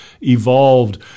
evolved